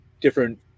different